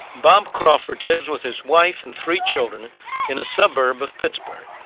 bob crawford lives with his wife and three children in a suburb of pittsburgh.